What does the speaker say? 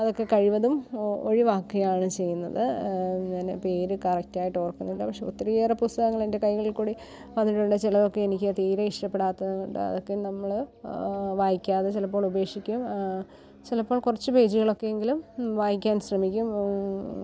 അതൊക്കെ കഴിവതും ഒഴിവാക്കിയാണ് ചെയ്യുന്നത് ഞാന് പേര് കറക്റ്റ് ആയിട്ട് ഓർക്കുന്നില്ല പക്ഷെ ഒത്തിരിയേറെ പുസ്തകങ്ങള് എൻ്റെ കൈകളില്ക്കൂടി വന്നിട്ടുണ്ട് ചിലതൊക്കെ എനിക്ക് തീരെ ഇഷ്ടപ്പെടാത്തതുകൊണ്ട് അതൊക്കെ നമ്മള് വായിക്കാതെ ചിലപ്പോൾ ഉപേക്ഷിക്കും ചിലപ്പോൾ കുറച്ച് പേജുകൾ ഒക്കെ എങ്കിലും വായിക്കാൻ ശ്രമിക്കും